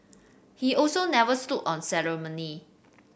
he also never stood on ceremony